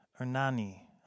ernani